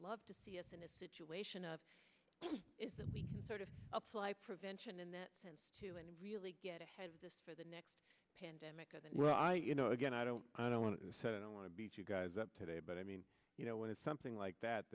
love to see us in a situation of is that we can sort of apply prevention in that sense to and really get ahead of this for the next pandemic or that well i you know again i don't i don't want to say i don't want to beat you guys up today but i mean you know when it's something like that